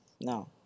No